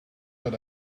that